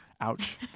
Ouch